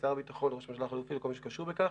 לשר הביטחון, ראש הממשלה החלופי וכל מי שקשור בכך,